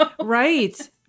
Right